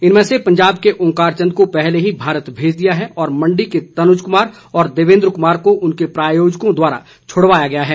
इनमें से पंजाब के ओंकारचंद को पहले ही भारत भेज दिया है और मण्डी के तनुज कुमार व देवेन्द्र कुमार को उनके प्रायोजकों द्वारा छुड़वाया गया है